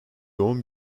yoğun